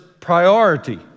priority